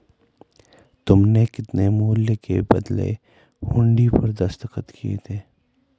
तुमने कितने मूल्य के बदले हुंडी पर दस्तखत किए थे?